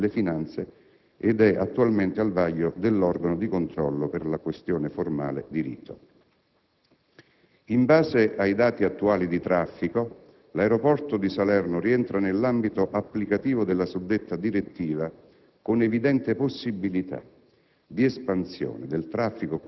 dal Ministro dell'economia e delle finanze ed è attualmente al vaglio dell'organo di controllo per questioni formali di rito. In base ai dati attuali di traffico, l'aeroporto di Salerno rientra nell'ambito applicativo della suddetta direttiva con evidente possibilità